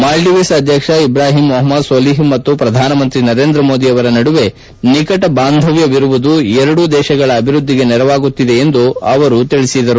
Maldives ಅಧ್ಯಕ್ಷ ಇಬ್ರಾಹಿಂ ಮೊಹಮದ್ ಸೋಲಿಹ್ ಮತ್ತು ಪ್ರಧಾನಮಂತ್ರಿ ನರೇಂದ್ರ ಮೋದಿ ಅವರ ನಡುವೆ ನಿಕಟ ಬಾಂಧವ್ಯವಿರುವುದು ಎರಡೂ ದೇಶಗಳ ಅಭಿವ್ನದ್ಲಿಗೆ ನೆರವಾಗುತ್ತಿದೆ ಎಂದು ಅವರು ಹೇಳಿದರು